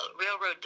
railroad